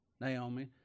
Naomi